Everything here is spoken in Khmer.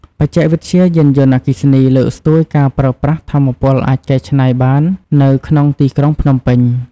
បច្ចេកវិទ្យាយានយន្តអគ្គីសនី លើកស្ទួយការប្រើប្រាស់ថាមពលអាចកែច្នៃបាននៅក្នុងទីក្រុងភ្នំពេញ។